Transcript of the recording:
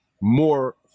more